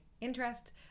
interest